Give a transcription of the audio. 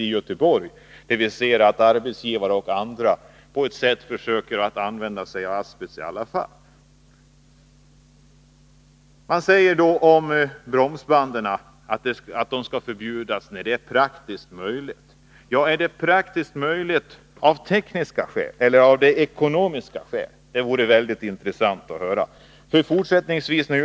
Det senaste exemplet har vi i Göteborg, där arbetsgivare och andra försöker använda asbest. Utskottet säger att asbesthaltiga bromsband skall förbjudas när det är praktiskt möjligt. Det vore mycket intressant att få höra om det är när det är praktiskt möjligt av praktiska eller av ekonomiska skäl.